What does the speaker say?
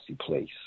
place